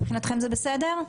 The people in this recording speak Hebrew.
מבחינתכם זה בסדר?